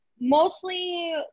mostly